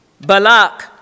Balak